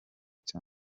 cya